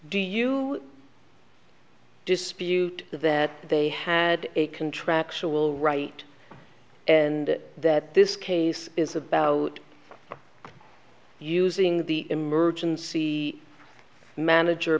do you dispute that they had a contractual right and that this case is about using the emergency manager